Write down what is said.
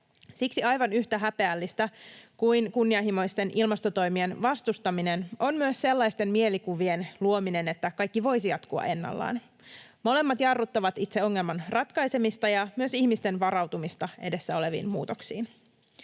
Siksi aivan yhtä häpeällistä kuin kunnianhimoisten ilmastotoimien vastustaminen on myös sellaisten mielikuvien luominen, että kaikki voisi jatkua ennallaan. Molemmat jarruttavat itse ongelman ratkaisemista ja myös ihmisten varautumista edessä oleviin muutoksiin.